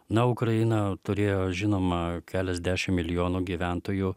na o ukraina turėjo žinoma keliasdešim milijonų gyventojų